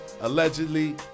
Allegedly